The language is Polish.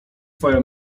twoja